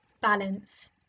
Balance